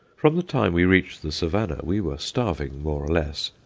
from the time we reached the savannah we were starving, more or less,